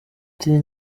ati